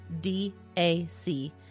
DAC